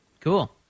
Cool